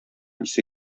исе